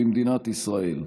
במדינת ישראל.